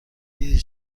دیدی